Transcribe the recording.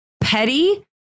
petty